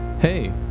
Hey